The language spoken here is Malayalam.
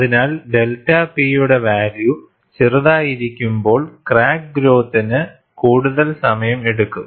അതിനാൽ ഡെൽറ്റ P യുടെ വാല്യൂ ചെറുതായിരിക്കുമ്പോൾ ക്രാക്ക് ഗ്രോത്തിന് കൂടുതൽ സമയം എടുക്കും